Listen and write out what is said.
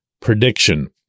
prediction